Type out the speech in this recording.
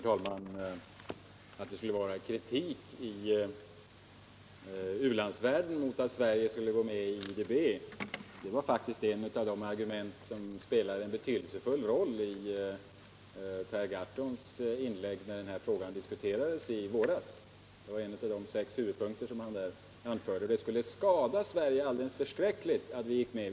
Herr talman! Kritik från u-landsvärlden mot Sveriges inträde i IDB var faktiskt en av de sex punkter som spelade en betydelsefull roll i Per Gahrtons inlägg, när den här frågan diskuterades i våras. Det skulle, enligt herr Gahrton, skada Sverige alldeles förskräckligt om Sverige gick med.